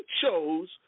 chose